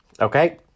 okay